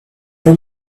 for